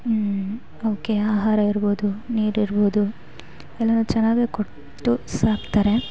ಅವಕ್ಕೆ ಆಹಾರ ಇರ್ಬೋದು ನೀರಿರ್ಬೋದು ಎಲ್ಲವು ಚೆನ್ನಾಗೇ ಕೊಟ್ಟು ಸಾಕ್ತಾರೆ